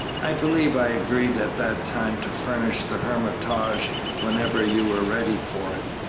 i believe i agreed at that time to furnish the hermitage whenever you were ready for it.